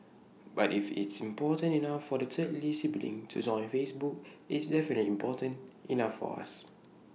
but if it's important enough for the third lee sibling to join Facebook it's definitely important enough for us